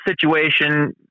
situation